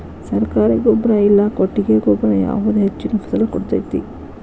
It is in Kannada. ಸರ್ಕಾರಿ ಗೊಬ್ಬರ ಇಲ್ಲಾ ಕೊಟ್ಟಿಗೆ ಗೊಬ್ಬರ ಯಾವುದು ಹೆಚ್ಚಿನ ಫಸಲ್ ಕೊಡತೈತಿ?